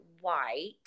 white